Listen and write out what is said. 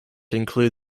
include